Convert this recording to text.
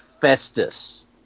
Festus